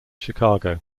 chicago